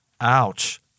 Ouch